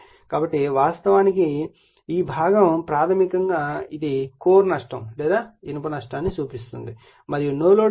కాబట్టి వాస్తవానికి ఈ భాగం ప్రాథమికంగా ఇది కోర్ నష్టం లేదా ఇనుము నష్టాన్ని ఇస్తుంది మరియు నో లోడ్ కండిషన్